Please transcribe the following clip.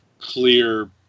clear